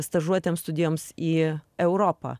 stažuotėms studijoms į europą